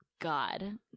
God